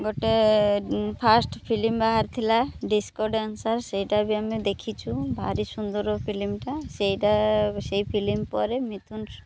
ଗୋଟେ first film ବାହାରି ଥିଲା ଡିସ୍କୋ ଡାନ୍ସର୍ ସେଇଟା ବି ଆମେ ଦେଖିଚୁ ଭାରି ସୁନ୍ଦର ଫିଲିମଟା ସେଇଟା ସେଇ ଫିଲିମ୍ ପରେ ମିିଥୁନ